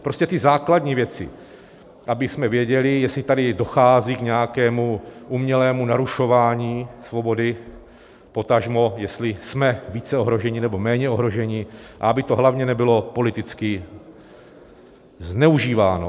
Prostě základní věci, abychom věděli, jestli tady dochází k nějakému umělému narušování svobody, potažmo jestli jsme více ohroženi nebo méně ohroženi, a aby to hlavně nebylo politicky zneužíváno.